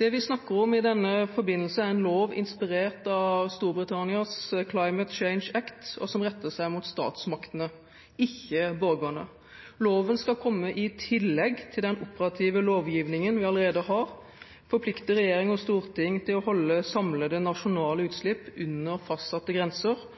Det vi snakker om i denne forbindelse, er en lov inspirert av Storbritannias Climate Change Act, som retter seg mot statsmaktene, ikke borgerne. Loven skal komme i tillegg til den operative lovgivningen vi allerede har, forplikte regjering og storting til å holde samlede nasjonale utslipp under fastsatte grenser,